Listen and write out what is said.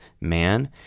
man